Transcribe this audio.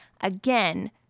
again